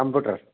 computer